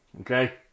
okay